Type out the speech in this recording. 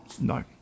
no